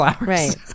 Right